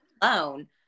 alone